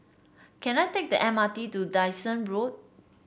can I take the M R T to Dyson Road